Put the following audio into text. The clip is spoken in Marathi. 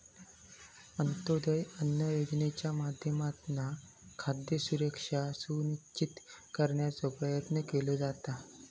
अंत्योदय अन्न योजनेच्या माध्यमातना खाद्य सुरक्षा सुनिश्चित करण्याचो प्रयत्न केलो जाता